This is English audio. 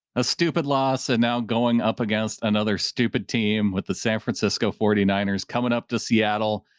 a stupid loss. and now going up against another stupid team with the san francisco forty nine ers coming up to seattle,